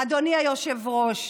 נא לסיים.